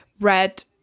red